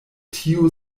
tiu